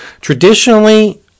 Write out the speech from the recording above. traditionally